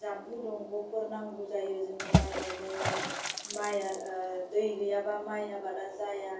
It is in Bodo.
जाम्फै दंग'फोर नांगौ जायो जोंनो माइ गायनायाव माया दै गैयाब्ला माइ आबादा जाया